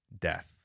death